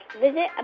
visit